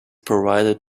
provided